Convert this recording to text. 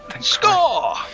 Score